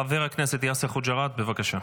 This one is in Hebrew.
חבר הכנסת יאסר חוג'יראת, בבקשה.